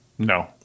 No